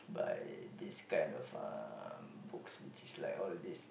by this kind of um books which is like all these